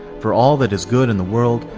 for all that is good in the world,